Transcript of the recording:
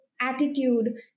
attitude